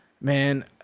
Man